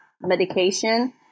medication